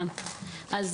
כל